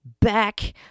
back